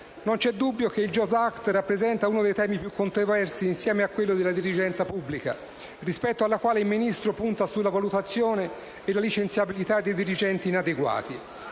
Non c'è dubbio che il *jobs act* rappresenti uno dei temi più controversi insieme a quello della dirigenza pubblica, rispetto alla quale il Ministro punta sulla valutazione e la licenziabilità dei dirigenti inadeguati.